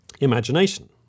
imagination